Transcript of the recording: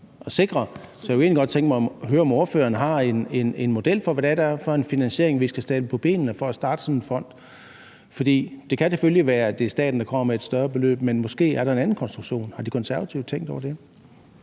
egentlig godt tænke mig at høre, om ordføreren har en model for, hvad det er for en finansiering, vi skal stable på benene for at starte sådan en fond. For det kan selvfølgelig være, at det er staten, der kommer med et større beløb, men måske er der en anden konstruktion. Har De Konservative tænkt over det?